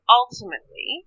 ultimately